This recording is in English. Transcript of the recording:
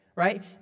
Right